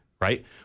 right